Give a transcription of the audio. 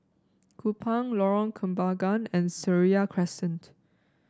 Kupang Lorong Kembagan and Seraya Crescent